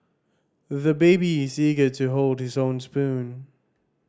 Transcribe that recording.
the baby is eager to hold his own spoon